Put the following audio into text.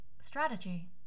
strategy